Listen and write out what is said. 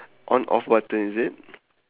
on off button is it